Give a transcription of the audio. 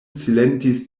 silentis